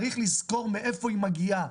צריך לזכור מאיפה היא מגיעה,